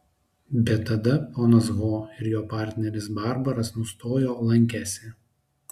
bet tada ponas ho ir jo partneris barbaras nustojo lankęsi